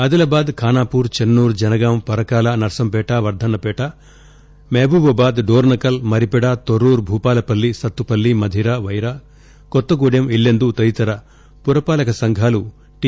Adilabad Khanapur Chennur Jangaon Parakala Narsampet Wardhannapet Mahabubabad Dornakal Maripeda Thorrur Bhupalpally Sathupalli Madhira Wyra Kothagudem Yellandu తదితర పురపాలక సంఘాలు టి